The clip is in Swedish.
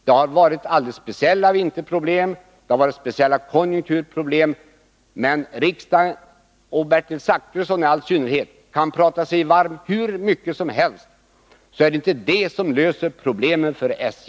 Det har varit alldeles speciella vinterproblem och konjunkturproblem, men riksdagsledamöter, och Bertil Zachrisson i all synnerhet, må tala sig varma hur mycket som helst — det är inte det som löser problemen för SJ.